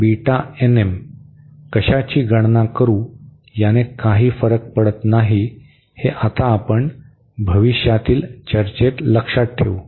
कशाची गणना करू याने काही फरक पडत नाही हे आता आपण भविष्यातील चर्चेत लक्षात ठेवू